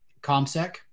ComSec